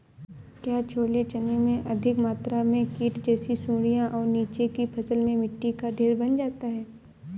क्या छोले चने में अधिक मात्रा में कीट जैसी सुड़ियां और नीचे की फसल में मिट्टी का ढेर बन जाता है?